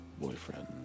boyfriend